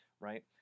right